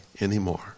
anymore